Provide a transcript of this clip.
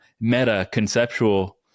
meta-conceptual